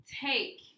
take